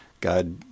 God